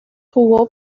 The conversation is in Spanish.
jugó